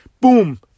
Boom